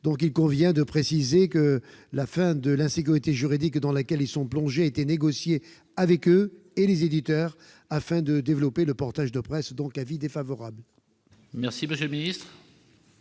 Il convient de préciser que la fin de l'insécurité juridique dans laquelle ils sont plongés a été négociée avec eux et les éditeurs, afin de développer le portage de presse. L'avis de la commission est